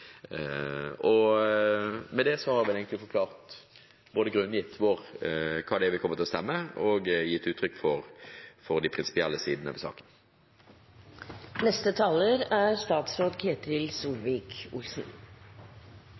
Med det har jeg vel egentlig forklart og grunngitt hva vi kommer til å stemme, og gitt uttrykk for de prinsipielle sidene ved saken. I dag er